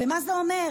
ומה זה אומר?